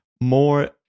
more